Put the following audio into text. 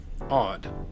Odd